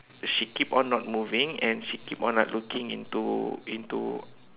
she keep on not moving and she keep on like looking into into